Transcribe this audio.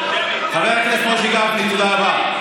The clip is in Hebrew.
חבר הכנסת משה גפני, תודה רבה.